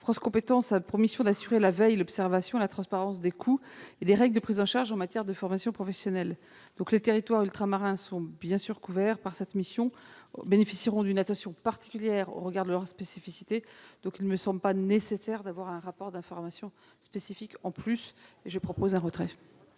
France compétences a pour mission d'assurer la veille, l'observation et la transparence des coûts et des règles de prise en charge en matière de formation professionnelle. Les territoires ultramarins sont bien sûr couverts par cette mission et ils bénéficieront d'une attention particulière au regard de leurs spécificités. Dans ces conditions, il ne me semble pas nécessaire de prévoir un rapport d'information spécifique sur ce sujet. Aussi, je propose le retrait